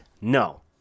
No